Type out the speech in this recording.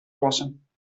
wassen